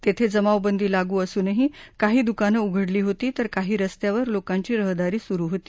तेथे जमावबंदी लागू असूनही काही दुकानं उघडी होती तर काही रस्त्यांवर लोकांची रहदारी सुरू होती